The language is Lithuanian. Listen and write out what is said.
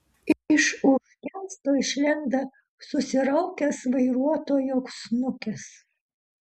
iš už kęsto išlenda susiraukęs vairuotojo snukis